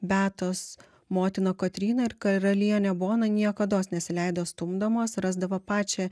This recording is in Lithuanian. beatos motina kotryna ir karalienė bona niekados nesileido stumdomos rasdavo pačią